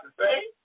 say